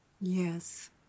Yes